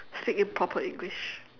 speak in proper english